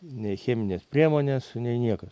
nei cheminės priemonės nei niekas